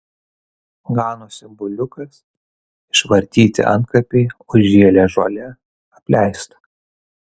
ganosi buliukas išvartyti antkapiai užžėlę žole apleista